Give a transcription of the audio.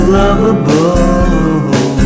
lovable